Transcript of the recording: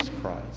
Christ